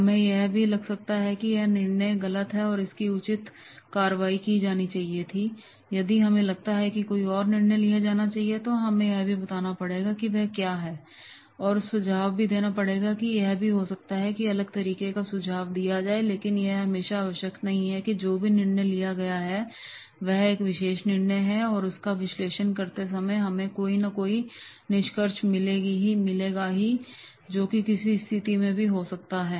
हमें यह भी लग सकता है कि यह निर्णय गलत है और इसकी उचित कार्यवाही की जानी चाहिए यदि हमें लगता है कि कोई और निर्णय लिया जाना चाहिए था तो हमें यह बताना पड़ेगा कि वह क्या है और उसका सुझाव भी देना पड़ेगा यह भी हो सकता है कि अलग तरीके का सुझाव दिया जाए लेकिन यह हमेशा आवश्यक नहीं है कि जो भी निर्णय लिया गया है वह एक विशेष निर्णय है और उसका विश्लेषण करते समय हमें कोई ना कोई निष्कर्ष मिलेगा ही जो कि किसी भी स्थिति में हो सकता है